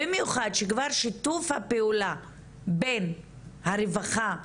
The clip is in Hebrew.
במיוחד כששיתוף הפעולה בין הרווחה והמשטרה,